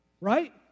right